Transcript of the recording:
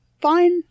fine